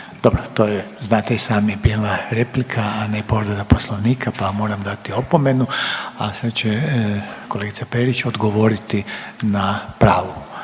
Dobro, to je znate i sami bila replika, a ne povreda Poslovnika pa vam moram dati opomenu, a sad će kolegica Perić odgovoriti na pravu